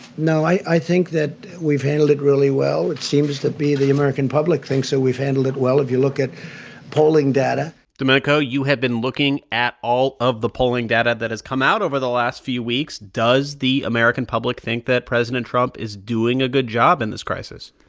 no, i think that we've handled it really well. it seems to be the american public thinks that so we've handled it well if you look at polling data domenico, you have been looking at all of the polling data that has come out over the last few weeks. does the american public think that president trump is doing a good job in this crisis?